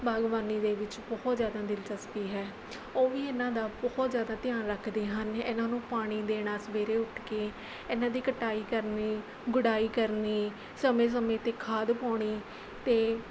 ਬਾਗਬਾਨੀ ਦੇ ਵਿੱਚ ਬਹੁਤ ਜ਼ਿਆਦਾ ਦਿਲਚਸਪੀ ਹੈ ਉਹ ਵੀ ਇਹਨਾਂ ਦਾ ਬਹੁਤ ਜ਼ਿਆਦਾ ਧਿਆਨ ਰੱਖਦੇ ਹਨ ਇਹਨਾਂ ਨੂੰ ਪਾਣੀ ਦੇਣਾ ਸਵੇਰੇ ਉੱਠ ਕੇ ਇਹਨਾਂ ਦੀ ਕਟਾਈ ਕਰਨੀ ਗੁਡਾਈ ਕਰਨੀ ਸਮੇਂ ਸਮੇਂ 'ਤੇ ਖਾਦ ਪਾਉਣੀ ਅਤੇ